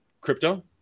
crypto